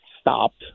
stopped